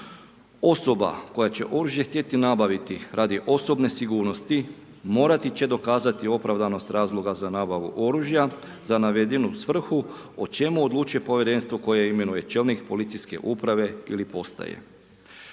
Osoba koja će oružje htjeti nabaviti radi osobne sigurnosti morati će dokazati opravdanost razloga za nabavu oružja za navedenu svrhu o čemu odlučuje povjerenstvo koje imenuje čelnik policijske uprave ili postaje.